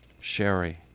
Sherry